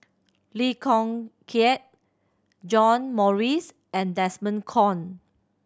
Lee Kong Kiat John Morrice and Desmond Kon